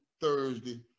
Thursday